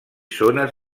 zones